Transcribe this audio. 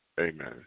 Amen